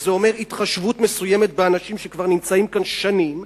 שזה אומר התחשבות מסוימת באנשים שכבר נמצאים כאן שנים,